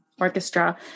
orchestra